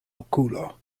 okulo